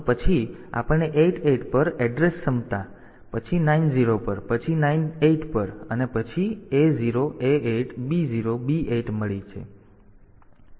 તો પછી આપણને 88 પર એડ્રેસ ક્ષમતા પછી 90 પર પછી 98 પર અને પછી A0 A8 B0 B8 મળી છે